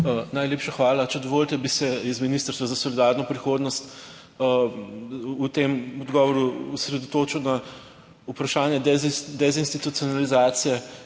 Najlepša hvala. Če dovolite, bi se z Ministrstva za solidarno prihodnost v tem odgovoru osredotočil na vprašanje deinstitucionalizacije,